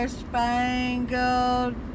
spangled